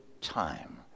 time